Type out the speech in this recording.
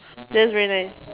that's very nice